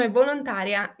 volontaria